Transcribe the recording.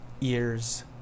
ears